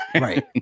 Right